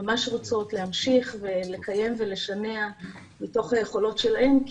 ממש רוצות להמשיך ולקיים ולשנע מתוך היכולות שלהן,